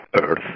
Earth